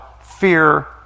fear